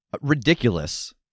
Ridiculous